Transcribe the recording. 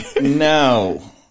No